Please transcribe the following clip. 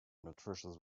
nutritious